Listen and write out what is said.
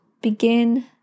begin